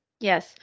Yes